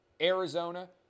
Arizona